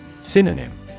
Synonym